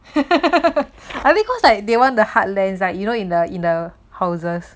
I think cause like they want the heartlands right you know in the in the houses